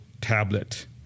tablet